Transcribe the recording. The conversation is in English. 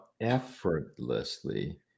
effortlessly